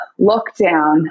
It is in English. lockdown